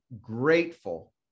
grateful